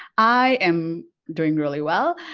i'm doing really well!